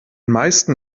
meisten